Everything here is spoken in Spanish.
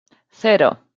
cero